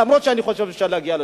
למרות שאני חושב שאפשר להגיע לשלום.